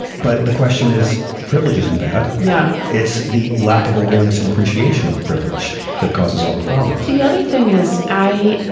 but the question is privilege isn't bad. yeah it's the lack of awareness and appreciation of the privilege that causes all the problems the other thing is i.